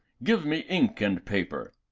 give me ink and paper.